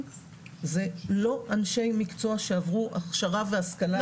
זה לא אנשי מקצוע שעברו הכשרה והשכלה אקדמית.